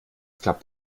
klappt